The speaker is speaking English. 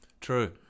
True